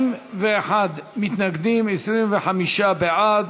41 מתנגדים, 25 בעד.